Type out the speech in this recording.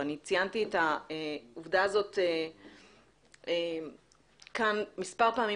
אני ציינתי את העובדה הזאת כאן מספר פעמים